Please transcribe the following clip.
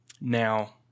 now